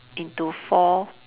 into four